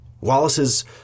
Wallace's